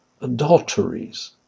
adulteries